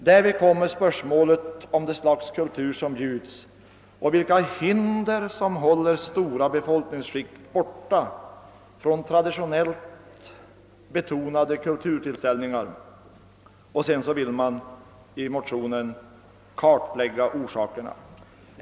Därvid uppkommer spörsmålet om det slags kultur som bjuds och vilka hinder som håller stora befolkningsskikt borta från traditionellt betonade = kulturtillställningar. Man vill också kartlägga orsakerna till de påtalade förhållandena.